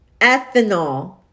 ethanol